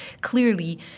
clearly